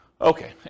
Okay